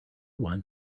one